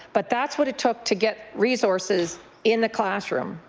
but that's what it took to get resources in the classroom,